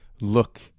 look